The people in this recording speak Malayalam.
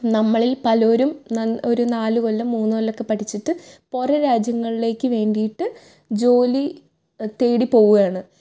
നമ്മളിൽ പലരും ഒരു നാല് കൊല്ലം മൂന്ന് കൊല്ലമൊക്കെ പഠിച്ചിട്ട് പുറം രാജ്യങ്ങളിലേക്ക് വേണ്ടിയിട്ട് ജോലി തേടി പോകുവാണ്